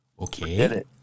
Okay